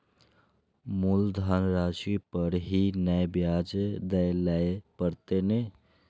मुलधन राशि पर ही नै ब्याज दै लै परतें ने?